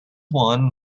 won